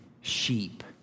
sheep